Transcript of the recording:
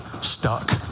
stuck